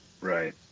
Right